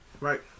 Right